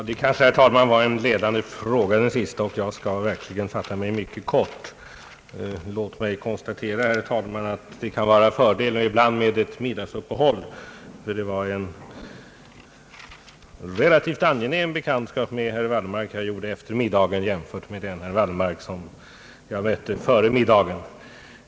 Herr talman! Jag tar till orda därför att den sista frågan kanske var en ledande fråga, men jag skall verkligen fatta mig mycket kort. Låt mig konstatera, herr talman, att det ibland kan vara en fördel med middagsuppehåll. Det var en relativt angenäm bekantskap som jag gjorde med herr Wallmark efter middagen jämfört med den herr Wallmark som jag mötte före middagen.